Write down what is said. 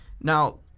Now